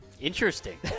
Interesting